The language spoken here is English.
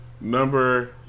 Number